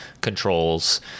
controls